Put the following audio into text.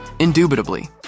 Indubitably